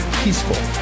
peaceful